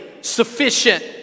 sufficient